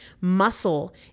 Muscle